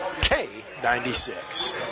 K96